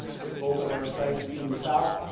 with both of our sites being south,